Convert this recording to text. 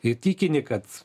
įtikini kad